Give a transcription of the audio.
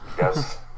Yes